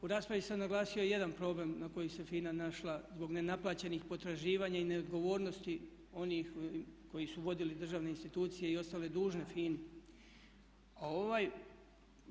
U raspravi se naglasio jedan problem na koji se FINA našla zbog nenaplaćenih potraživanja i neodgovornosti onih koji su vodili državne institucije i ostali dužni FINA-i.